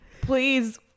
Please